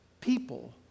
people